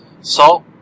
Salt